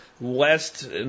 west